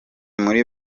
muri